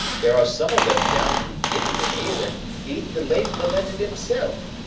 there are some of them down new guinea way that eat the late-lamented himself,